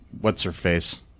What's-her-face